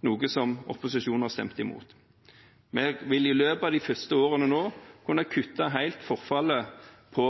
noe som opposisjonen har stemt imot. Vi vil i løpet av de første årene kunne kutte helt forfallet på